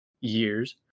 years